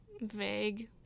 vague